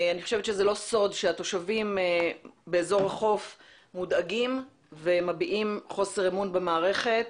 זה לא סוד שהתושבים באזור החוף מודאגים ומביעים חוסר אמון במערכת,